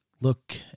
look